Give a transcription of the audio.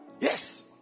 Yes